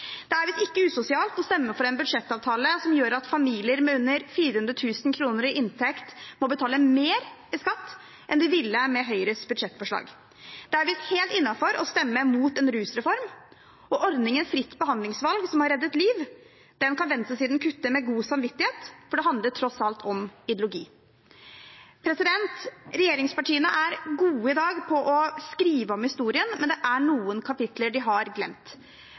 Det er visst ikke usosialt å stemme for en budsjettavtale som gjør at familier med under 400 000 kr i inntekt må betale mer i skatt enn de ville gjort med Høyres budsjettforslag. Det er visst helt innenfor å stemme mot en rusreform, og ordningen fritt behandlingsvalg – som har reddet liv – kan venstresiden kutte med god samvittighet, for det handler tross alt om ideologi. Regjeringspartiene er gode i dag på å skrive om historien, men det er noen kapitler de har glemt.